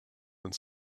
and